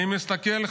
אני מסתכל,